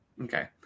Okay